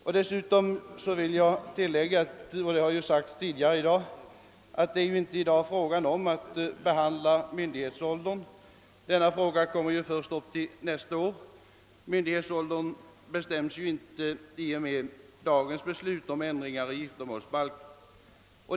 Jag vill också tillägga, vilket sagts tidigare i dag, att det inte nu är fråga om att bestämma myndighetsåldern. Den frågan kommer upp till behandling först nästa år, och myndighetsåldern bestäms alltså inte i och med dagens beslut om ändringar i giftermålsbalken.